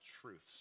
truths